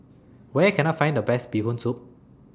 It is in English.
Where Can I Find The Best Bee Hoon Soup